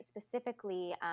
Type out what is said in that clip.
specifically